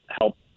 help